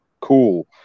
Cool